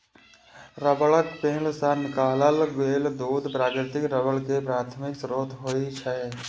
रबड़क पेड़ सं निकालल गेल दूध प्राकृतिक रबड़ के प्राथमिक स्रोत होइ छै